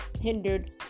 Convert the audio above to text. hindered